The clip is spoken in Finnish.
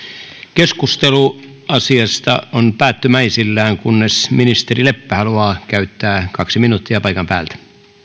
keskustelu asiasta on päättymäisillään kunnes ministeri leppä haluaa käyttää kaksi minuuttia paikan päältä